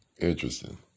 interesting